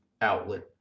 outlet